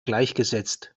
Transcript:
gleichgesetzt